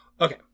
Okay